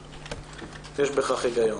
יש בכך היגיון.